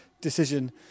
decision